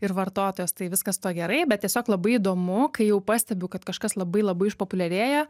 ir vartotojos tai viskas su tuo gerai bet tiesiog labai įdomu kai jau pastebiu kad kažkas labai labai išpopuliarėja